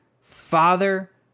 Father